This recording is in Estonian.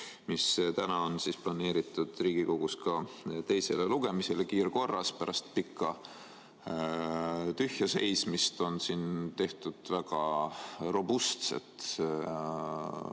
on tänaseks planeeritud Riigikogus ka teisele lugemisele kiirkorras pärast pikka tühja seismist. Siin on tehtud väga robustset menetlust